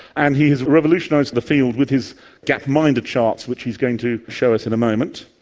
and he has revolutionised the field with his gapminder charts, which he's going to show us in a moment.